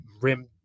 rim